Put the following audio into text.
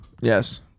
Yes